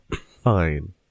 fine